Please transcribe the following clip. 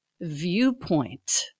viewpoint